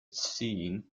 scene